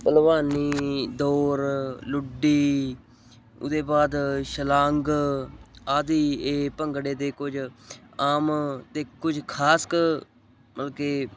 ਭਲਵਾਨੀ ਦੌਰ ਲੁੱਡੀ ਉਹਦੇ ਬਾਅਦ ਸ਼ਲਾਂਘ ਆਦਿ ਇਹ ਭੰਗੜੇ ਦੇ ਕੁਝ ਆਮ ਅਤੇ ਕੁਝ ਖ਼ਾਸ ਕੁ ਮਤਲਬ ਕਿ